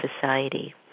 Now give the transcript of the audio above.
society